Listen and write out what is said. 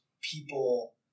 people